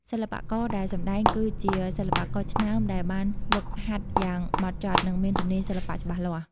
សិល្បករដែលសម្តែងគឺជាសិល្បករឆ្នើមដែលបានហ្វឹកហាត់យ៉ាងហ្មត់ចត់ និងមានជំនាញសិល្បៈច្បាស់លាស់។